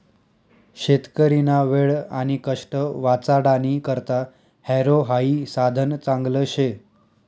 शेतकरीना वेळ आणि कष्ट वाचाडानी करता हॅरो हाई साधन चांगलं शे